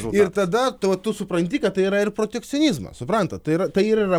ir tada tai va tu supranti kad tai yra ir protekcionizmas suprantat tai yra tai ir yra